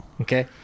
Okay